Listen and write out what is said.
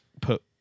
put